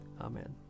Amen